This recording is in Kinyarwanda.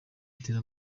gutera